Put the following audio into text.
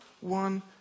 one